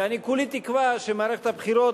ואני כולי תקווה שמערכת הבחירות,